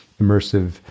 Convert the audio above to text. immersive